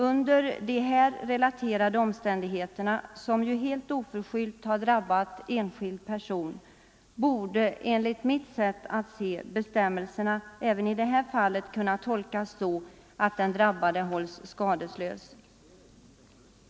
Under de här relaterade omständigheterna, under vilka skada helt oförskyllt har drabbat enskild person, borde enligt mitt sätt att se bestämmelserna även i detta fall kunna tolkas så att den drabbade hålls skadeslös.